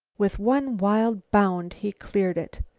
with one wild bound, he cleared it.